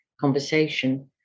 conversation